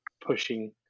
pushing